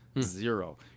Zero